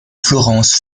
florence